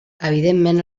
evidentment